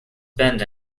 bend